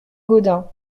gaudin